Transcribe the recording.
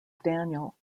daniel